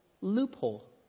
loophole